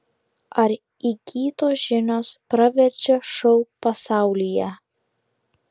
ar įgytos žinios praverčia šou pasaulyje